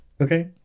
Okay